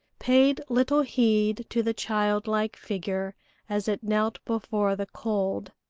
paid little heed to the childlike figure as it knelt before the cold,